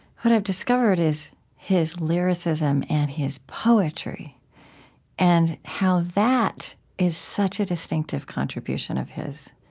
what i've discovered is his lyricism and his poetry and how that is such a distinctive contribution of his